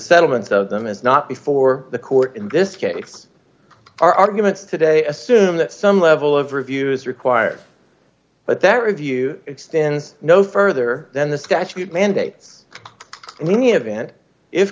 settlements of them is not before the court in this case our arguments today d assume that some level of review is required but that review extends no further than the statute mandates when the event if